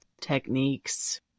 techniques